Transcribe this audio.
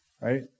right